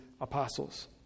apostles